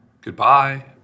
Goodbye